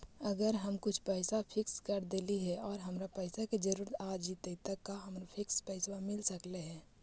अगर हम कुछ पैसा फिक्स कर देली हे और हमरा पैसा के जरुरत आ जितै त का हमरा फिक्स पैसबा मिल सकले हे?